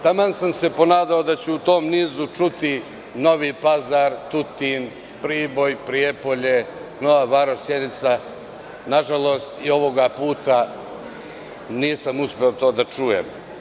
Taman sam se ponadao da ću tom nizu čuti Novi Pazar, Tutin, Priboj, Prijepolje, Nova Varoš, Sjenica, nažalost, i ovog puta nisam uspeo to da čujem.